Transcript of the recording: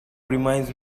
reminds